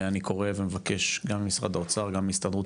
אני קורא ואומר גם ממשרד האוצר וגם מהסתדרות